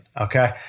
okay